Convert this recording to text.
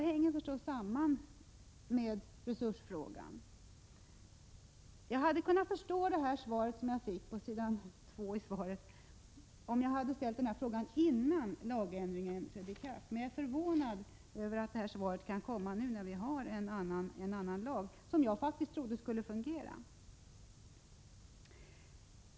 Det hänger förstås samman med resursfrågan. Jag hade kunnat förstå detta om jag hade ställt frågan innan lagändringen trädde i kraft. Jag är förvånad över att ett sådant här svar kan komma nu när vi har en annan lag, som jag faktiskt trodde skulle fungera.